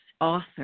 author